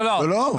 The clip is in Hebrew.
לא, לא.